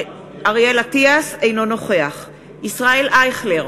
אינו נוכח ישראל אייכלר,